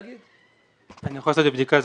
אני יכול לעשות בדיקה.